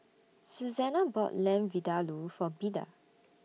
Susanna bought Lamb Vindaloo For Beda